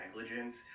negligence